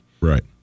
Right